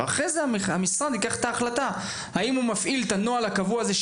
ואחרי זה הוא ייקח את ההחלטה האם הוא מפעיל את הנוהל הקבוע הזה,